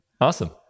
Awesome